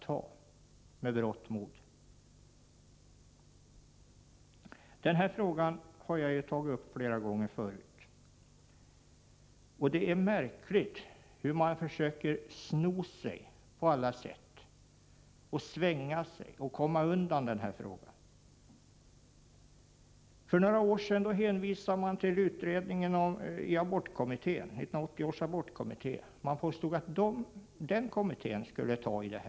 Jag har tagit upp den här frågan flera gånger förut. Det är märkligt hur man försöker sno sig och svänga sig på alla sätt för att komma undan den. För några år sedan hänvisade man till 1980 års abortkommitté — man påstod att den kommittén skulle behandla frågan.